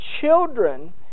children